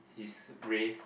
race his